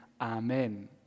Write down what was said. amen